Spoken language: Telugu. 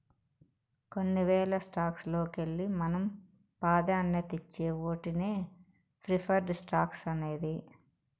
కొన్ని వేల స్టాక్స్ లోకెల్లి మనం పాదాన్యతిచ్చే ఓటినే ప్రిఫర్డ్ స్టాక్స్ అనేది